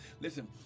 Listen